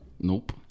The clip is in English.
Nope